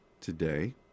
today